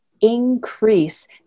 increase